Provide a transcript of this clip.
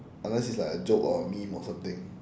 unless it's like a joke or a meme or something